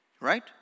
Right